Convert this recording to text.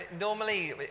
normally